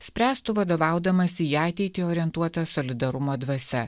spręstų vadovaudamasi į ateitį orientuota solidarumo dvasia